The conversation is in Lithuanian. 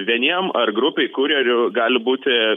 vieniem ar grupei kurjerių gali būti